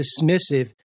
dismissive